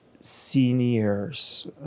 seniors